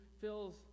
fills